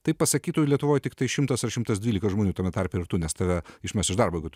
tai pasakytų lietuvoj tiktai šimtas ar šimtas dvylika žmonių tame tarpe ir tu nes tave išmes iš darbo kad